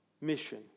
mission